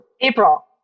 April